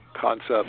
concepts